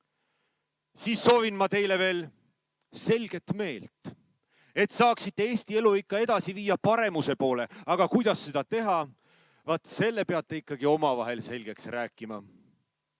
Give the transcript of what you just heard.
Siis soovin ma teile veel selget meelt, et saaksite Eesti elu ikka edasi viia paremuse poole. Aga kuidas seda teha? Vaat selle peate ikkagi omavahel selgeks rääkima.